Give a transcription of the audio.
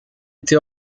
été